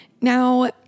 Now